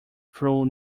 through